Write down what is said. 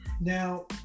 Now